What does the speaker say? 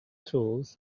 tools